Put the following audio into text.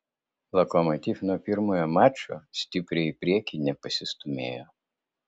lokomotiv nuo pirmojo mačo stipriai į priekį nepasistūmėjo